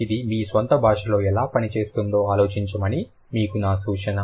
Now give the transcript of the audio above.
ఇది మీ స్వంత భాషలో ఎలా పని చేస్తుందో ఆలోచించమని మీకు నా సూచన